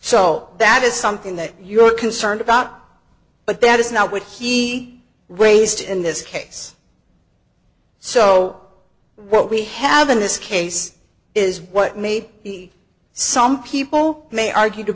so that is something that you're concerned about but that is not what he raised in this case so what we have in this case is what may be some people may argue to